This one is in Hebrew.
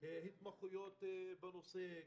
מחסור בהתמחויות בנושא,